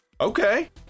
Okay